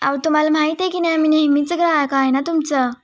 आओ तुम्हाला माहीत आहे की नाही आम्ही नेहमीचं ग्राहक आहे ना तुमचं